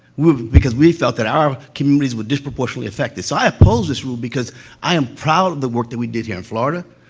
we because we felt that our communities were disproportionately affected. so, i oppose this rule, because i am proud of the work that we did here in florida.